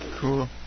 cool